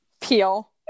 peel